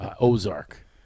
Ozark